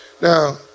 Now